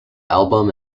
album